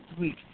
week